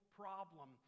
problem